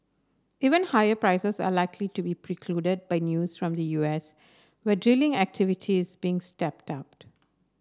even higher prices are likely to be precluded by news from the U S where drilling activity is being stepped